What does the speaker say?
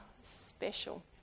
special